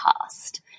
past